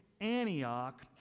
Antioch